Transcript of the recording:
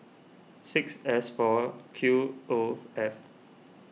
six S four Q oath F